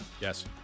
Yes